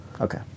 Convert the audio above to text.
Okay